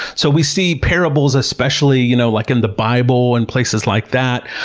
so we see parables especially you know like in the bible and places like that,